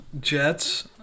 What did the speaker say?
Jets